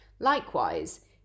Likewise